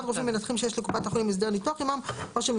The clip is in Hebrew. רופאים מנתחים שיש לקופת החולים הסדר ניתוח עימם או שהם